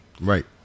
Right